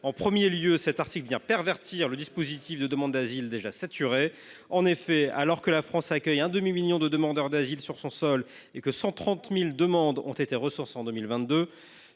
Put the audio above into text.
D’une part, cet article vient pervertir un dispositif de traitement des demandes d’asile déjà saturé. En effet, alors que la France accueille un demi million de demandeurs d’asile sur son sol et que 130 000 demandes ont été recensées en 2022,